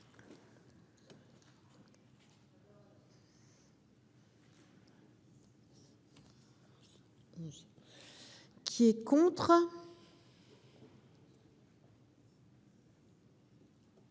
Qui est contre.